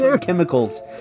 chemicals